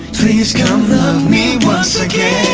please come love me once again